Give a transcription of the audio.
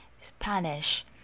Spanish